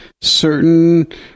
certain